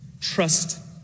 trust